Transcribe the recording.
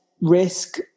risk